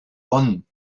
bonn